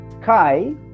Kai